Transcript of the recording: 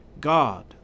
God